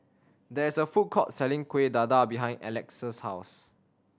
there is a food court selling Kuih Dadar behind Alex's house